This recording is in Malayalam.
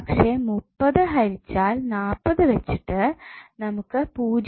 പക്ഷെ 30 ഹരിച്ചാൽ 40 വെച്ചിട്ട് നമുക്കു 0